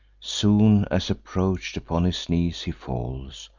soon as approach'd, upon his knees he falls,